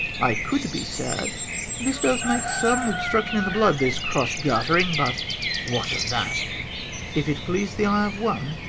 i could be sad this does make some obstruction in the blood, this cross-gartering but what of that? if it please the eye of one,